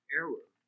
error